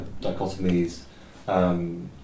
dichotomies